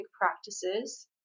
practices